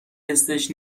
حسش